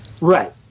Right